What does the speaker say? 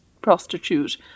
prostitute